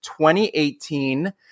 2018